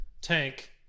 tank